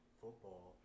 football